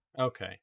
Okay